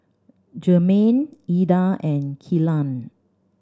Germaine Eda and Kellan